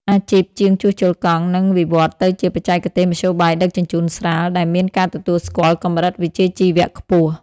អាជីពជាងជួសជុលកង់នឹងវិវត្តទៅជា "បច្ចេកទេសមធ្យោបាយដឹកជញ្ជូនស្រាល" ដែលមានការទទួលស្គាល់កម្រិតវិជ្ជាជីវៈខ្ពស់។